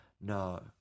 No